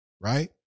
right